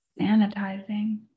sanitizing